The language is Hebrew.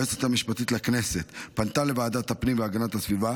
היועצת המשפטית לכנסת פנתה לוועדת הפנים והגנת הסביבה